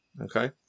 Okay